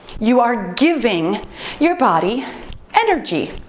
you are giving your body energy.